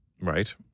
Right